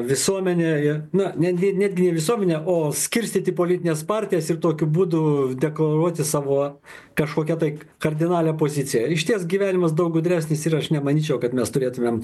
visuomenėje na netgi netgi visuomenė o skirstyti politines partijas ir tokiu būdu deklaruoti savo kažkokią tai kardinalią poziciją išties gyvenimas daug gudresnis ir aš nemanyčiau kad mes turėtumėm